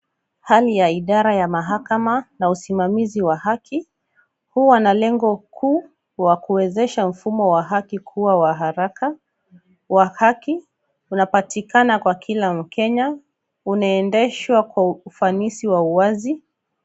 Hali ya idara ya mahakama na usimamizi wa haki. Huwa na lengo kuu la kuwezesha mfumo wa haki kuwa wa haraka, wa haki. Unapatikana kwa kila mkenya. Unaendeshwa kwa ufanisi wa uwazi.